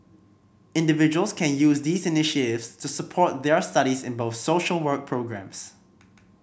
individuals can use these to support their studies in both social work programmes